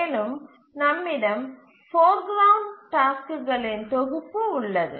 மேலும் நம்மிடம் foreground டாஸ்க்குகளின் தொகுப்பு உள்ளது